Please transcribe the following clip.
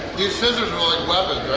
these scissors are like weapons,